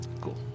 Cool